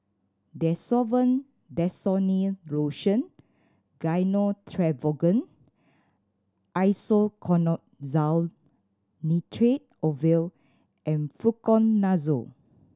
Desowen Desonide Lotion Gyno Travogen Isoconazole Nitrate Ovule and Fluconazole